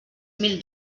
mil